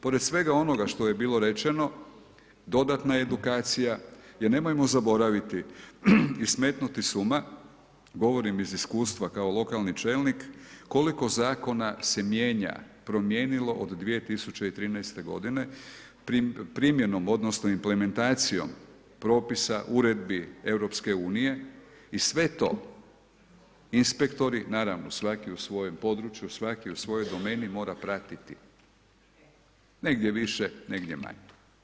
Pored svega onoga što je bilo rečeno, dodatna edukacija, jer nemojmo zaboraviti i smetnuti s uma, govorim iz iskustva kao lokalni čelnik koliko zakona se mijenja, promijenilo od 2013. godine primjenom odnosno implementacijom propisa, uredbi EU i sve to inspektori, naravno svaki u svojem području, svaki u svojoj domeni mora pratiti, negdje više, negdje manje.